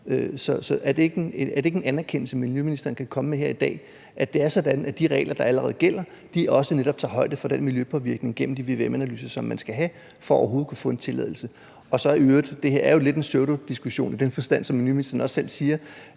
Er det ikke en anerkendelse, miljøministeren kan komme med her i dag, altså at det er sådan, at de regler, der allerede gælder, netop også tager højde for miljøpåvirkningen gennem de vvm-analyser, som man skal have foretaget for overhovedet at få en tilladelse? I øvrigt er det her jo lidt en pseudodiskussion, i den forstand at, som ministeren også selv siger,